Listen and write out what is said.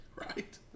Right